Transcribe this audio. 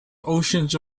oceans